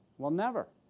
well, never.